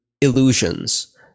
illusions